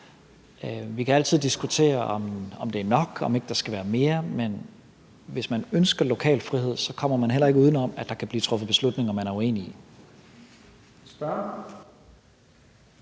Vi kan altid diskutere, om det er nok, og om ikke der skal være mere, men hvis man ønsker lokal frihed, kommer man heller ikke uden om, at der kan blive truffet beslutninger, man er uenig i.